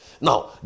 Now